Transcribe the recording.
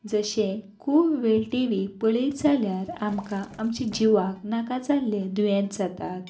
जशें खूब वेळ टी व्ही पळयत जाल्यार आमकां आमच्या जिवाक नाका जाल्ले दुयेंस जातात